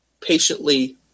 patiently